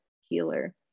healer